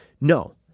No